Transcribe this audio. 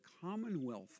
commonwealth